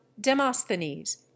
Demosthenes